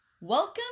welcome